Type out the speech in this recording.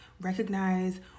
Recognize